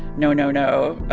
no, no, no,